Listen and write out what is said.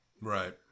Right